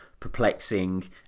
perplexing